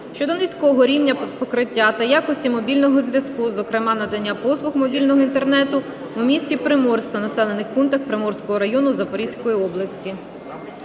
щодо низького рівня покриття та якості мобільного зв'язку, зокрема, надання послуг мобільного Інтернету у місті Приморськ та населених пунктах Приморського району Запорізької області.